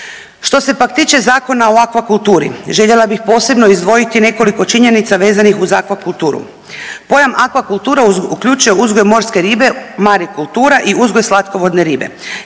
Što se pak tiče Zakona o akvakulturi, željela bih posebno izdvojiti nekoliko činjenica vezanih uz akvakulturu. Pojam akvakultura uključuje uzgoj morske ribe marikultura i uzgoj slatkovodne ribe.